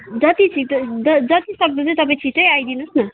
जति छिटो जतिसक्दो चाहिँ तपाईँ छिटै आइदिनुहोस् न